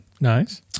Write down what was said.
Nice